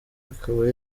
akaba